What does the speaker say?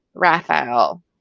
Raphael